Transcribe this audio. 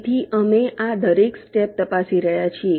તેથી અમે આ દરેક સ્ટેપ તપાસી રહ્યા છીએ